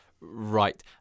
Right